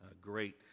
great